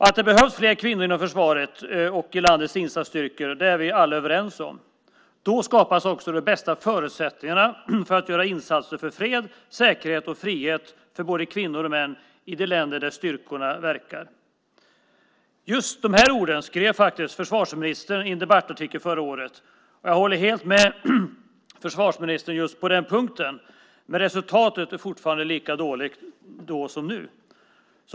Att det behövs fler kvinnor inom försvaret och i landets insatsstyrkor är vi alla överens om. Då skapas också de bästa förutsättningarna för att göra insatser för fred, säkerhet och frihet för både kvinnor och män i de länder där styrkorna verkar. Just de här orden skrev faktiskt försvarsministern i en debattartikel förra året. Jag håller helt med försvarsministern just på den punkten. Men resultatet är fortfarande lika dåligt, då som nu.